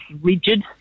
rigid